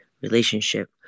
relationship